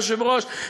היושב-ראש,